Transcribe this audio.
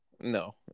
No